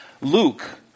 Luke